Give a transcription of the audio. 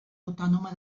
autònoma